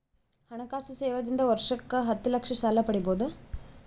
ಹಣಕಾಸು ಸೇವಾ ದಿಂದ ವರ್ಷಕ್ಕ ಹತ್ತ ಲಕ್ಷ ಸಾಲ ಪಡಿಬೋದ?